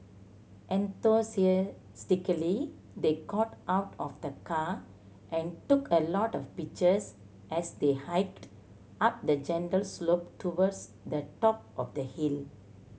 enthusiastically they got out of the car and took a lot of pictures as they hiked up the gentle slope towards the top of the hill